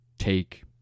take